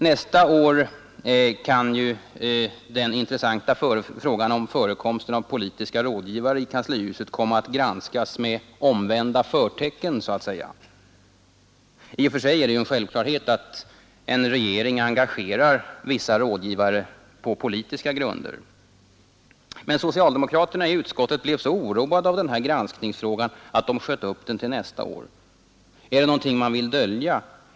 Nästa år kan ju den intressanta frågan om förekomsten av politiska rådgivare i kanslihuset komma att granskas med omvända förtecken så att säga. I och för sig är det en självklarhet att regeringen engagerar vissa rådgivare på politiska grunder, men socialdemokraterna i utskottet blev så oroade av den här granskningsfrågan att de sköt upp den till nästa år. Är det något man vill dölja?